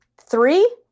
three